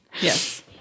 Yes